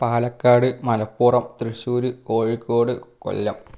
Palakkad Malappuram Thrissur Kozhikode Kollam